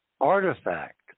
artifact